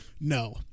No